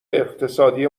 اقتصادی